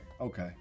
Okay